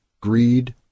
Greed